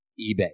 eBay